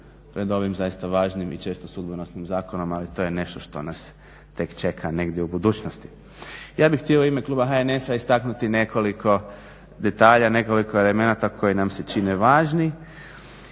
pred ovim zaista važnim i često sudbonosnim zakonom ali to je nešto što nas tek čeka negdje u budućnosti. Ja bih htio u ime kluba HNS-a istaknuti nekoliko detalja, nekoliko elemenata koje nam se čine važnim.